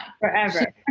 forever